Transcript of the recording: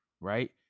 Right